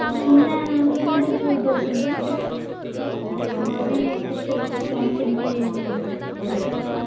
ସୁନା ଲୋନ୍ ଯଦି ଯେଉଁ ଦେଉଛନ୍ତି ସେହିଟା ଭରି କେତେ ଲେଖା କ'ଣ କେମିତି ଲୋନ୍ ଦେଉଛନ୍ତି ଭରି ହିସାବରେ